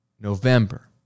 November